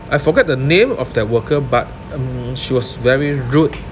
I forget the name of that worker but um she was very rude